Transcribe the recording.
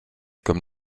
comme